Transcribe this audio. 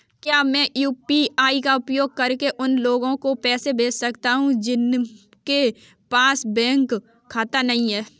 क्या मैं यू.पी.आई का उपयोग करके उन लोगों को पैसे भेज सकता हूँ जिनके पास बैंक खाता नहीं है?